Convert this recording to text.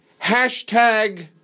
hashtag